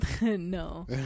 No